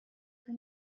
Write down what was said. for